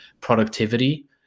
productivity